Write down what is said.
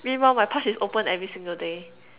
meanwhile my pouch is open every single day